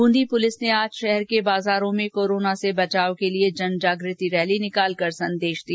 ब्रंदी police ने आज शहर के बाजारों में कोरोना से बचाव के लिए जनजागृति रैली निकालकर संदेश दिया